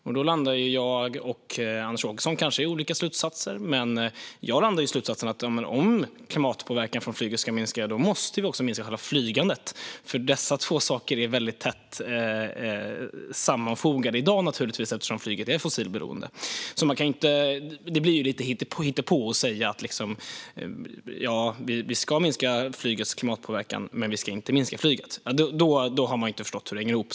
Jag och Anders Åkesson landar kanske i olika slutsatser, men jag landar i denna slutsats: Om klimatpåverkan från flyget ska minska måste vi också minska själva flygandet, för dessa två saker är naturligtvis väldigt tätt sammanfogade eftersom flyget är fossilberoende. Det blir lite hittepå att säga: Ja, vi ska minska flygets klimatpåverkan, men vi ska inte minska flygandet. Då har man inte förstått hur det hänger ihop.